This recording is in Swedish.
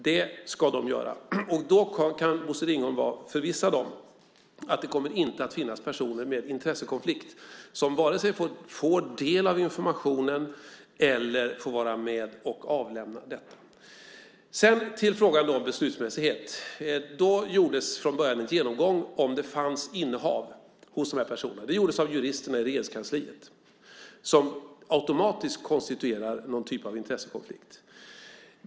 Det ska de göra. Bosse Ringholm kan vara förvissad om att det inte kommer att finnas personer med intressekonflikt som vare sig får del av informationen eller får vara med och avlämna råd. Sedan till frågan om beslutsmässighet. Det gjordes från början en genomgång av om det fanns innehav hos dessa personer. Det gjordes av juristerna i Regeringskansliet - som automatiskt konstituerar någon typ av intressekonflikt.